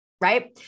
right